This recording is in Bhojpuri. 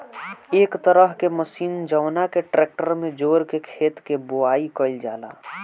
एक तरह के मशीन जवना के ट्रेक्टर में जोड़ के खेत के बोआई कईल जाला